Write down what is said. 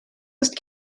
ist